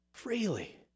freely